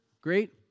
Great